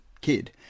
kid